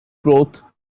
growth